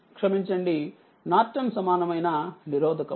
క్షమించండి నార్టన్ సమానమైన నిరోధకము